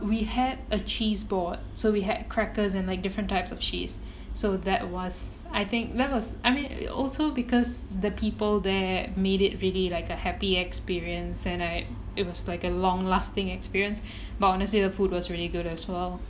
we had a cheese board so we had crackers and like different types of cheese so that was I think that was I mean we also because the people there made it really like a happy experience and like it was like a long lasting experience but honestly the food was really good as well